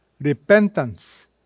repentance